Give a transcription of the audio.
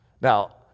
now